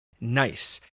nice